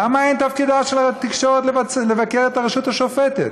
למה אין תפקידה של התקשורת לבקר את הרשות השופטת?